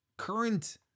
current